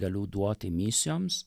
galiu duoti misijoms